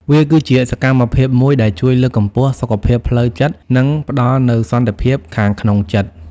វាគឺជាសកម្មភាពមួយដែលជួយលើកកម្ពស់សុខភាពផ្លូវចិត្ត និងផ្តល់នូវសន្តិភាពខាងក្នុងចិត្ត។